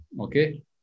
okay